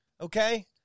okay